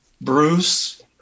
Bruce